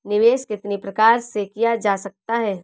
निवेश कितनी प्रकार से किया जा सकता है?